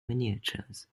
miniatures